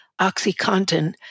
OxyContin